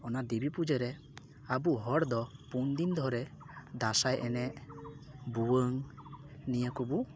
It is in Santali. ᱚᱱᱟ ᱫᱤᱵᱤ ᱯᱩᱡᱟᱹ ᱨᱮ ᱟᱵᱚ ᱦᱚᱲ ᱫᱚ ᱯᱩᱱ ᱫᱤᱱ ᱫᱷᱚᱨᱮ ᱫᱟᱸᱥᱟᱭ ᱮᱱᱮᱡ ᱵᱷᱩᱭᱟᱹᱝ ᱱᱤᱭᱟᱹ ᱠᱚᱵᱚ